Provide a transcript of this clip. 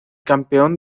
campeón